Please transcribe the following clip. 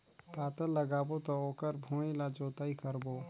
पातल लगाबो त ओकर भुईं ला जोतई करबो?